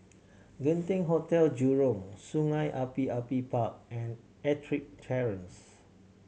Genting Hotel Jurong Sungei Api Api Park and Ettrick Terrace